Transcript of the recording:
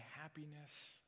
happiness